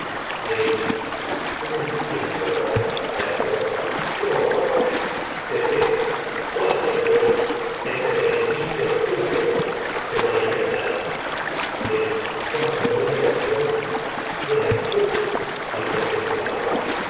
edipo con el tiempo podrás saberlo no ahora teseo cuándo pues ese beneficio tuyo se mani festará edipo en colono edipo dor cuando muera yo y seas tú mi sepulta teseo por